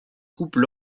coupent